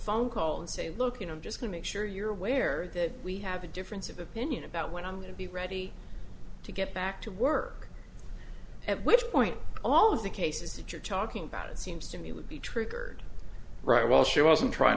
phone call and say look you know just make sure you're aware that we have a difference of opinion about went on to be ready to get back to work at which point all of the cases that you're talking about it seems to me would be triggered right while she wasn't trying